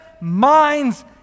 minds